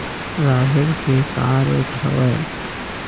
राहेर के का रेट हवय?